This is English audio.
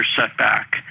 setback